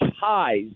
highs